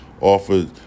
offered